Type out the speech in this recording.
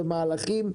מהלכים,